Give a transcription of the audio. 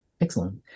Excellent